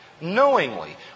knowingly